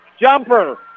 Jumper